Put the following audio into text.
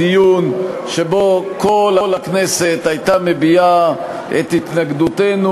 דיון שבו כל הכנסת הייתה מביעה את התנגדותנו